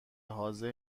حاضر